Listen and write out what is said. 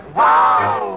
wow